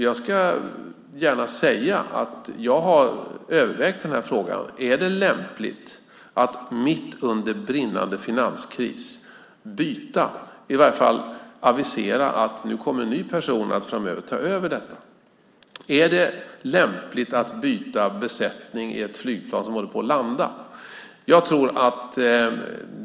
Jag ska gärna säga att jag har övervägt frågan om det är lämpligt att mitt under brinnande finanskris byta eller i vart fall avisera att en ny person framöver kommer att ta över. Är det lämpligt att byta besättning i ett flygplan som håller på att landa?